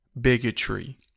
bigotry